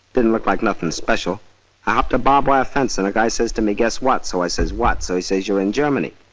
didn't look like nothing special. i hopped a barbed wire fence and guy says to me, guess what? so i says, what? so he says, you're in germany,